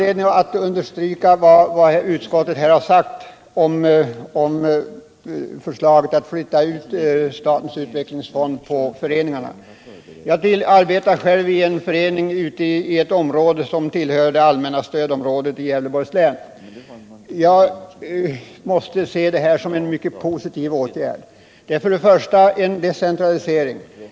Jag vill understryka vad utskottet här har sagt om förslaget att flytta ut statens utlåningsfond till föreningarna. Jag arbetar själv i en förening i ett område som tillhör det allmänna stödområdet i Gävleborgs län, och jag måste se det här som en mycket positiv åtgärd. För det första innebär förslaget en decentralisering.